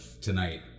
tonight